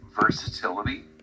versatility